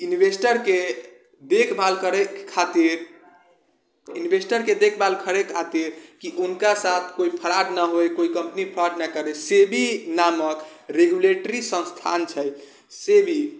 इन्वेस्टरके देखभाल करैके खातिर कि हुनका साथ कोइ फ्रॉड नहि होइ कोइ कम्पनी फ्रॉड नहि करै सेबी नामक रेग्यूलेटरी संस्थान छै सेबी